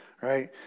right